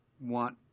want